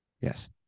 yes